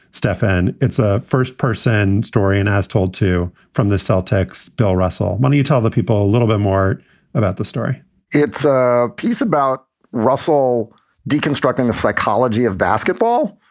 stefan, it's a first person story and has told to from the celltex bill russell. what do you tell the people? a little bit more about the story it's a piece about russell deconstructing the psychology of basketball,